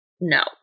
no